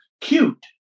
cute